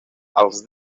els